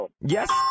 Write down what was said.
Yes